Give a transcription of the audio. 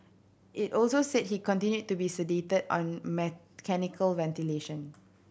it also said he continued to be sedated on mechanical ventilation